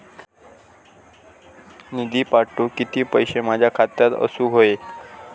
निधी पाठवुक किती पैशे माझ्या खात्यात असुक व्हाये?